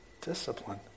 discipline